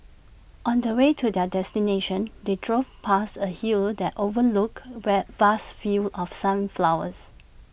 on the way to their destination they drove past A hill that overlooked where vast fields of sunflowers